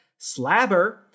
slabber